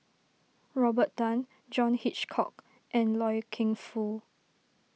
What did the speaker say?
Robert Tan John Hitchcock and Loy Keng Foo